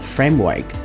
Framework